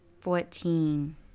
Fourteen